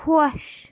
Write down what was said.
خۄش